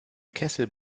kessel